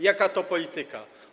Jaka to polityka?